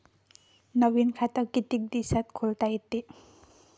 नवीन खात कितीक दिसात खोलता येते?